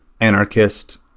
anarchist